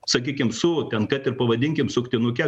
sakykim su ten kad ir pavadinkim suktinuke